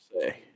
say